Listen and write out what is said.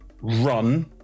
run